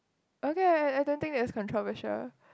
okay I I don't think that's controversial